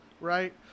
right